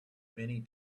many